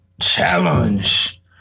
Challenge